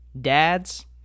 dads